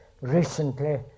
recently